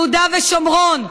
יהודה ושומרון,